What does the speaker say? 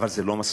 אבל זה לא מספיק.